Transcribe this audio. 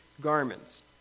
garments